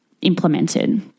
implemented